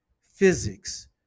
physics